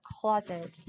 closet